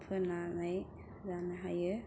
फोनानै लानो हायो